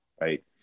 right